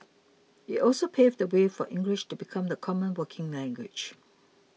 it also paved the way for English to become the common working language